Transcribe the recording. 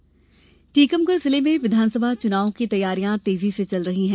SVEEP अभियान टीकमगढ़ जिले में विधानसभा चुनाव की तैयारियां तेजी से चल रही हैं